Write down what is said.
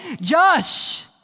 Josh